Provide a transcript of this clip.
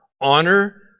honor